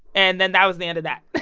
and then that was the end of that